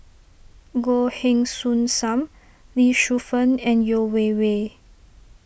Goh Heng Soon Sam Lee Shu Fen and Yeo Wei Wei